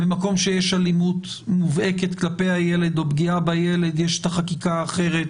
ממקום שיש אלימות מובהקת כלפי הילד או פגיעה בילד יש את החקיקה האחרת